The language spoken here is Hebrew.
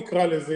נקרא לזה,